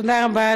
תודה רבה.